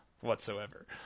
whatsoever